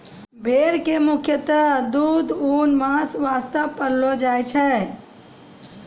भेड़ कॅ मुख्यतः दूध, ऊन, मांस वास्तॅ पाललो जाय छै